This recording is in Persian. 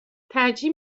ترجیح